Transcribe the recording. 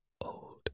old